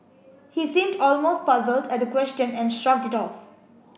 he seemed almost puzzled at the question and shrugged it off